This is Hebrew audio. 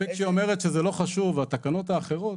מספיק שהיא אומרת שזה לא חשוב התקנות האחרות,